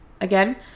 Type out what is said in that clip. again